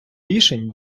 рішень